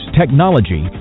technology